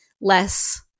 less